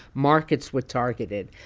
markets were targeted,